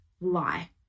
lie